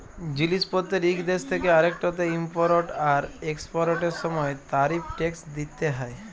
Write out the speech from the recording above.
জিলিস পত্তের ইক দ্যাশ থ্যাকে আরেকটতে ইমপরট আর একসপরটের সময় তারিফ টেকস দ্যিতে হ্যয়